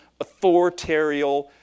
authoritarian